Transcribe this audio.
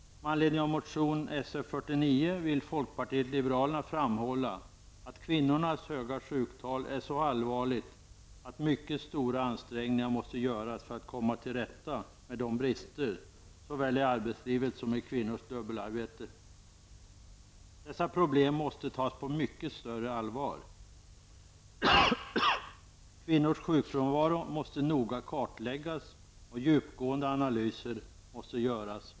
Med anledning av motion Sf49 vill folkpartiet liberalerna framhålla att kvinnornas höga sjuktal är så allvarligt att mycket stora ansträngningar måste göras för att komma till rätta med bristerna såväl i arbetslivet som i kvinnors dubbelarbete. Dessa problem måste tas på mycket större allvar. Kvinnors sjukfrånvaro måste noga kartläggas, och djupgående analyser av orsakerna måste göras.